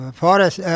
forest